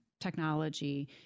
technology